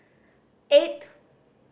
eight